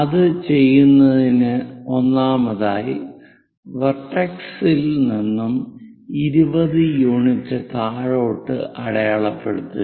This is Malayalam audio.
അത് ചെയ്യുന്നതിന് ഒന്നാമതായി വെർട്ടെക്സ് ഇൽ നിന്നും 20 യൂണിറ്റ് താഴോട്ട് അടയാളപ്പെടുത്തുക